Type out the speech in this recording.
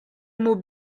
mot